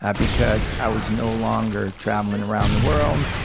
ah because i was no longer traveling around the world.